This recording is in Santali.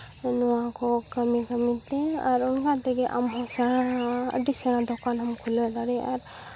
ᱱᱚᱣᱟ ᱠᱚ ᱠᱟᱹᱢᱤ ᱠᱟᱹᱢᱤ ᱛᱮ ᱟᱨ ᱚᱱᱟ ᱛᱮᱜᱮ ᱟᱢ ᱦᱚᱸ ᱥᱮᱬᱟ ᱟᱹᱰᱤ ᱥᱮᱬᱟ ᱫᱚᱠᱟᱱ ᱦᱚᱸ ᱠᱷᱩᱞᱟᱹᱣ ᱫᱟᱲᱮᱭᱟᱜᱼᱟ ᱟᱨ